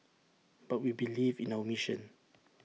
but we believe in our mission